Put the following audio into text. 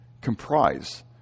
comprise